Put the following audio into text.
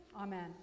Amen